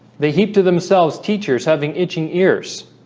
they heap to themselves teachers having itching ears